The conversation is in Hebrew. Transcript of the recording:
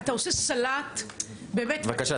אתה עושה סלט --- בבקשה,